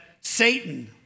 Satan